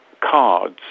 cards